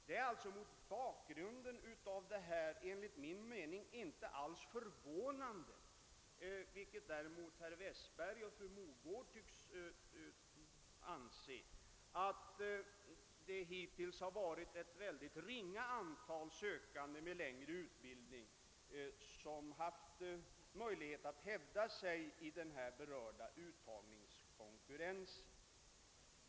Mot denna bakgrund är det alltså inte förvånande — vilket dock herr Westberg och fru Mogård tycks anse — att det hittills har varit ett så ringa antal sökande med längre utbildning, som har haft möjlighet att hävda sig i den berörda uttagningskonkurrensen.